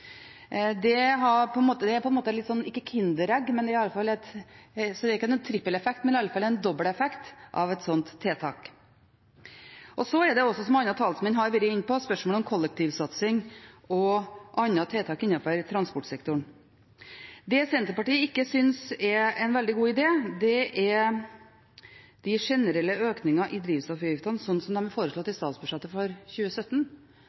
Et slikt tiltak gir ikke noen trippeleffekt, men iallfall en dobbelteffekt. Dette er også, som andre talsmenn har vært inne på, et spørsmål om kollektivsatsing og andre tiltak innenfor transportsektoren. Det Senterpartiet ikke synes er en veldig god idé, er de generelle økningene i drivstoffavgiftene, slik de er foreslått i statsbudsjettet for 2017.